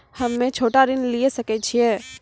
हम्मे छोटा ऋण लिये सकय छियै?